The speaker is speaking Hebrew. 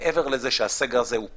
מעבר לזה שהסגר הזה הוא פשע,